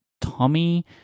Tommy